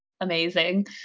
amazing